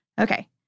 Okay